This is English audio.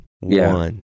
One